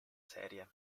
serie